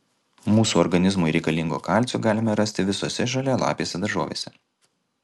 mūsų organizmui reikalingo kalcio galime rasti visose žalialapėse daržovėse